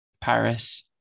Paris